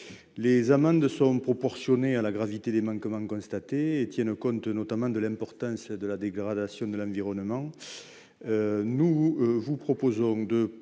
l'amende est proportionnée à la gravité des manquements constatés et tient compte, notamment, de l'importance de la dégradation de l'environnement. Nous vous proposons de